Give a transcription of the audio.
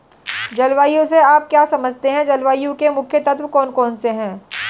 जलवायु से आप क्या समझते हैं जलवायु के मुख्य तत्व कौन कौन से हैं?